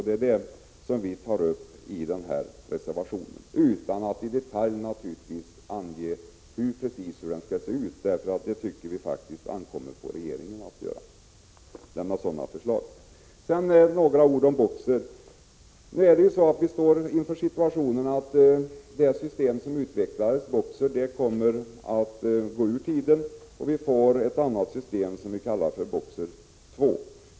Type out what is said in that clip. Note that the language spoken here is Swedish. Det är detta som vi tar upp i vår reservation, dock naturligtvis utan att i detalj ange hur planen skall se ut. Vi tycker att det ankommer på regeringen att lägga fram sådana förslag. Jag vill också säga några ord om BOKSER, det system som man utvecklat men som nu kommer att tas ur bruk och ersättas av ett annat system, BOKSER II.